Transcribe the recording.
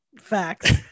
facts